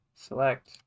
select